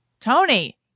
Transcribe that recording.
Tony